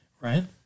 Right